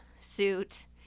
suit